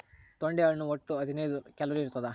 ತೊಂಡೆ ಹಣ್ಣು ಒಟ್ಟು ಹದಿನೈದು ಕ್ಯಾಲೋರಿ ಇರ್ತಾದ